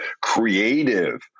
creative